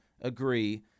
agree